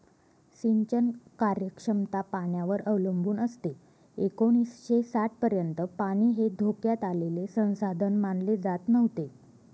सिंचन कार्यक्षमता पाण्यावर अवलंबून असते एकोणीसशे साठपर्यंत पाणी हे धोक्यात आलेले संसाधन मानले जात नव्हते